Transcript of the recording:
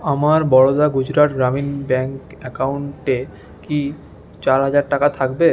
আমার বরোদা গুজরাট গ্রামীণ ব্যাংক অ্যাকাউন্টে কি চার হাজার টাকা থাকবে